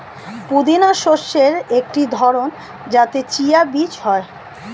পুদিনা শস্যের একটি ধরন যাতে চিয়া বীজ হয়